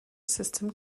system